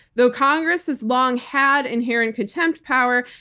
though congress has long had inherent contempt power,